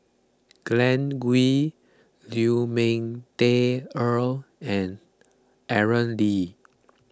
Glen Goei Lu Ming Teh Earl and Aaron Lee